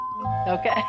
Okay